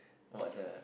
what the